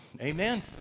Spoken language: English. Amen